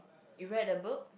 you read the book